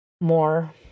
more